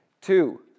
Two